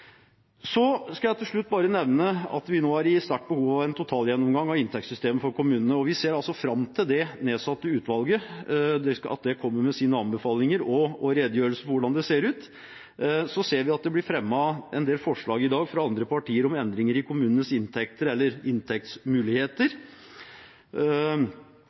Til slutt skal jeg nevne at vi nå er i sterkt behov av en totalgjennomgang av inntektssystemet for kommunene. Vi ser fram til at det nedsatte utvalget kommer med sine anbefalinger og redegjørelse for hvordan det ser ut. Vi ser at det blir fremmet en del forslag i dag fra andre partier om endringer i kommunenes inntekter eller inntektsmuligheter.